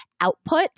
output